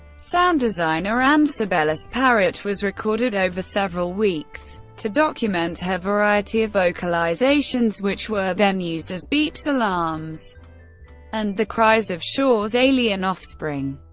sound designer ann scibelli's parrot was recorded over several weeks to document her variety of vocalizations which were then used as beeps, alarms and the cries of shaw's alien offspring.